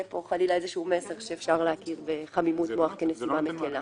פה חלילה מסר שאפשר להכיר בחמימות מוח כנסיבה מקילה.